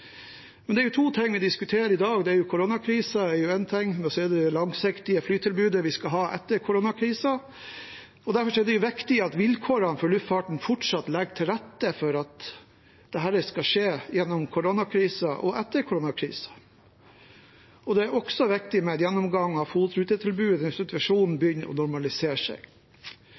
Det er to ting vi diskuterer i dag. Det er koronakrisen, og det er det langsiktige flytilbudet vi skal ha etter koronakrisen. Derfor er det viktig at vilkårene for luftfarten fortsatt legger til rette for at dette skal skje gjennom koronakrisen og etter koronakrisen. Det er også viktig med en gjennomgang av FOT-rutetilbudet når situasjonen begynner å normalisere seg.